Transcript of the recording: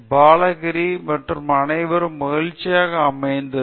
பாலகிரி மற்றும் அனைவருக்கும் மகிழ்ச்சியாக அமைந்தது